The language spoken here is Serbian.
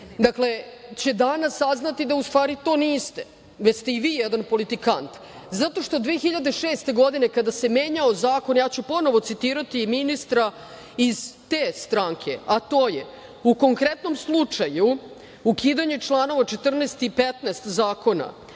uvek, će danas saznati da to niste, da ste i vi jedan politikant, jer 2006. godine kada se menjao zakon, ja ću ponovo citirati ministra iz te stranke, a to je „u konkretnom slučaju ukidanje članova 14. i 15. zakona